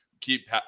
keep